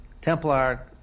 Templar –